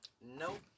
Nope